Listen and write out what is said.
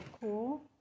Cool